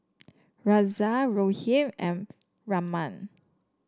Razia Rohit and Raman